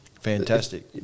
fantastic